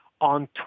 on